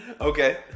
Okay